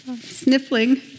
Sniffling